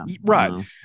right